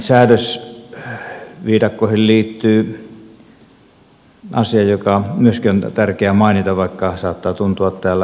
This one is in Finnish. näihin säädösviidakkoihin liittyy asia joka myöskin on tärkeä mainita vaikka saattaa tuntua täällä etelässä pieneltä